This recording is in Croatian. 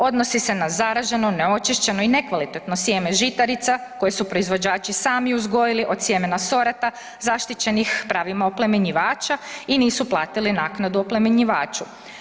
Odnosi se na zaraženo, neočišćeno i nekvalitetno sjeme žitarica koje su proizvođači sami uzgojili od sjemena sorata zaštićenih pravima oplemenjivača i nisu platili naknadu oplemenjivaču.